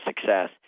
success